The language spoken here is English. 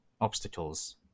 obstacles